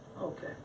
Okay